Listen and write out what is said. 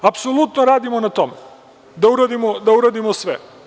Apsolutno radimo na tome, da uradimo sve.